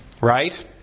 Right